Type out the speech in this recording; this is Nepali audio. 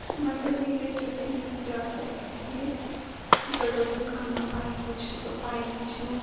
मैले धेरैचोटि नृत्य शैली प्रदर्शन गर्न पाएको छु पाएकी छु